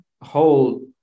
whole